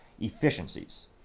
efficiencies